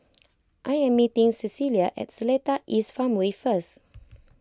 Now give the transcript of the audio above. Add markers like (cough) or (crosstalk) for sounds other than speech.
(noise) I am meeting Cecilia at Seletar East Farmway first (noise)